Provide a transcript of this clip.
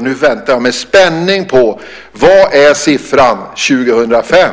Nu väntade jag med spänning på vilken siffran skulle vara för